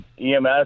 ems